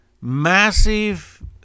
massive